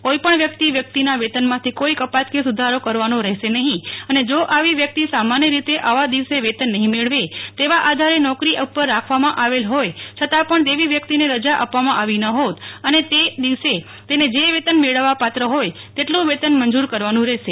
કોઇપણ વ્યકિત વ્યકિતના વેતનમાંથી કોઇ કપાત કે સુધારો કરવાનો રહેશે નહીં અને જો આવી વ્યકિત સામાન્ય રીતે આવા દિવસે વેતન નહીં મેળવે તેવા આધારે નોકરી ઉપર રાખવામાં આવેલ હોય છતાં પણ તેવી વ્યકિતને રજા આપવામાં આવી ન હોત અને તે દિવસે તેને જ વેતન મેળવવા પાત્ર હોય તેટલું વેતન મંજુર કરવાનું રહેશે